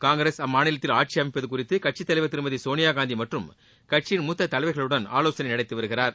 காங்கிரஸ் அம்மாநிலத்தில் ஆட்சி அமைப்பது குறித்து கட்சித் தலைவர் திருமதி சோனியா காந்தி மற்றும் கட்சியின் மூத்த தலைவர்களுடன் ஆலோசனை நடத்தி வருகிறார்